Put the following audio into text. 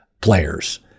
players